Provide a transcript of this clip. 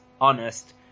honest